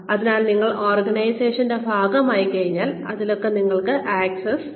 അതിനാൽ നിങ്ങൾ ഓർഗനൈസേഷന്റെ ഭാഗമായിക്കഴിഞ്ഞാൽ ഇതിലൊക്കെ നിങ്ങൾക്ക് ആക്സസ് ഉണ്ട്